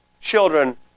children